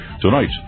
Tonight